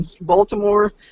Baltimore